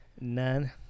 None